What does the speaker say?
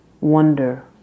wonder